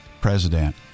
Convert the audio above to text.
president